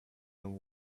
and